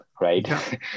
right